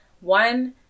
One